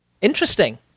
Interesting